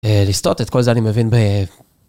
לסטות את כל זה, אני מבין ב...